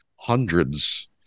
Hundreds